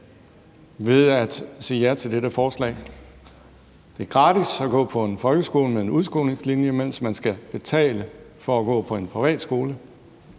ved at sige ja til dette forslag. Det er gratis at gå på en folkeskole med en international udskolingslinje, mens man skal betale for at gå på en privatskole.